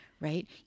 Right